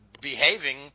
behaving